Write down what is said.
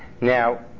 Now